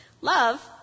Love